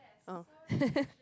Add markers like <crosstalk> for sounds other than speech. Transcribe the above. oh <laughs>